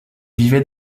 vivait